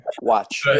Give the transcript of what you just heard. watch